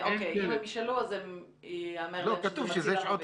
אוקיי, אם הם ישאלו, אז ייאמר להם שזה מציל ערבי.